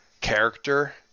character